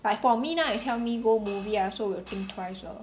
like for me now you tell me go movie I also will think twice lor